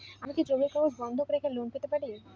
আমি কি জমির কাগজ বন্ধক রেখে লোন পেতে পারি?